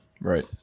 Right